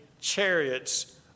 chariots